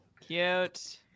Cute